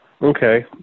Okay